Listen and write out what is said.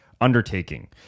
undertaking